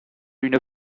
une